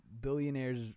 billionaires